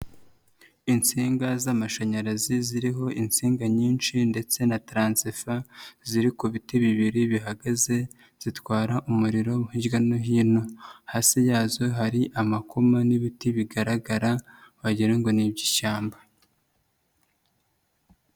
Insinga z'amashanyarazi ziriho insinga nyinshi ndetse na taransifa, ziri ku biti bibiri bihagaze zitwara umuriro hirya no hino, hasi yazo hari amakoma n'ibiti bigaragara wagira ngo ni iby'ishyamba.